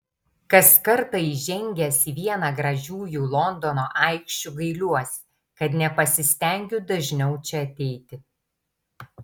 kas kartą įžengęs į vieną gražiųjų londono aikščių gailiuosi kad nepasistengiu dažniau čia ateiti